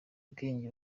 ubwenge